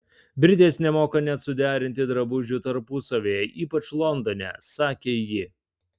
britės nemoka net suderinti drabužių tarpusavyje ypač londone sakė ji